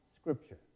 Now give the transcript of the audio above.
Scripture